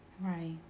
Right